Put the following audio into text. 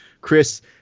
Chris